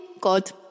god